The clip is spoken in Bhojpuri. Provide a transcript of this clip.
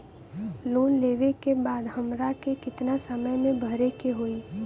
लोन लेवे के बाद हमरा के कितना समय मे भरे के होई?